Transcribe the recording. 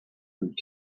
would